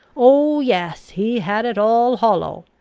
oh, yes, he had it all hollow!